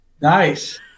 Nice